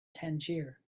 tangier